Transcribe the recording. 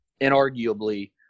inarguably